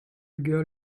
girl